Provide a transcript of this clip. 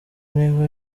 niba